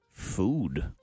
Food